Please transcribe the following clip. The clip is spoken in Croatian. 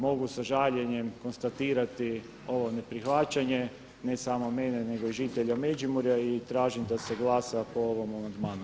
Mogu sa žaljenjem konstatirati ovo ne prihvaćanje, ne samo mene nego i žitelja Međimurja i tražim da se glasa po ovom amandmanu.